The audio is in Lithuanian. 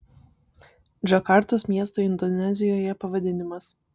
džakartos miesto indonezijoje pavadinimas